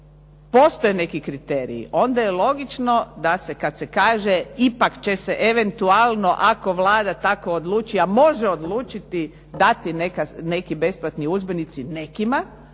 postoje neki kriteriji onda je logično da se kad se kaže ipak će se eventualno, ako Vlada tako odluči, a može odlučiti dati neki besplatni udžbenici nekima